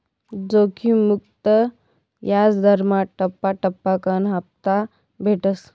जोखिम मुक्त याजदरमा टप्पा टप्पाकन हापता भेटस